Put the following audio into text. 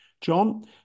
John